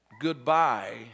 goodbye